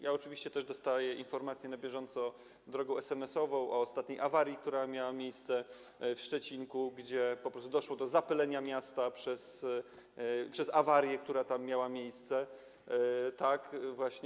Ja oczywiście też dostaję informacje na bieżąco drogą esemesową o ostatniej awarii, która miała miejsce w Szczecinku, gdzie po prostu doszło do zapylenia miasta w wyniku awarii, która miała tam miejsce, tak właśnie.